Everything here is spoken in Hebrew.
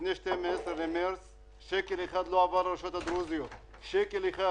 לפני 12 במרץ לא עבר לרשויות הדרוזיות ולו שקל אחד,